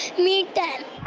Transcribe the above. meet them.